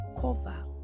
cover